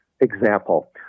example